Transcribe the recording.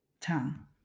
tongue